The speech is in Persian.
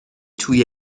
توی